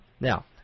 Now